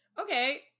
Okay